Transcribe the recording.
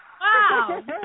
Wow